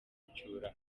gucyura